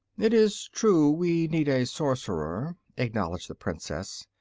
it is true we need a sorcerer, acknowledged the princess,